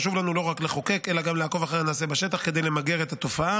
חשוב לנו לא רק לחוקק אלא גם לעקוב אחרי הנעשה בשטח כדי למגר את התופעה,